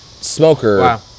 smoker